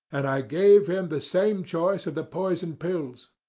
and i gave him the same choice of the poisoned pills.